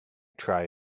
try